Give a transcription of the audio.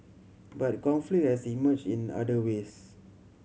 but conflict has emerged in other ways